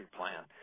plan